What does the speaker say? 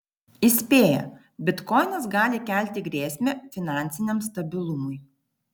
įspėja bitkoinas gali kelti grėsmę finansiniam stabilumui